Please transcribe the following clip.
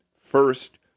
first